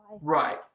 Right